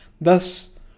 Thus